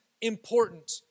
important